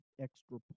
extra